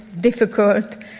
difficult